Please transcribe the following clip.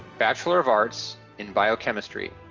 bachelor of arts in biochemistry,